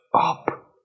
up